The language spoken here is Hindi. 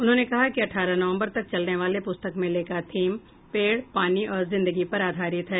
उन्होंने कहा कि अठारह नवम्बर तक चलने वाले पुस्तक मेले का थीम पेड़ पानी और जिंदगी पर आधारित है